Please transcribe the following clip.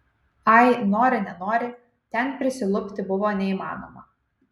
ai nori nenori ten prisilupti buvo neįmanoma